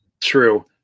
True